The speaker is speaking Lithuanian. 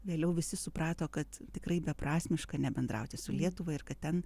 vėliau visi suprato kad tikrai beprasmiška nebendrauti su lietuva ir kad ten